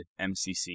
MCC